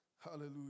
Hallelujah